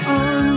on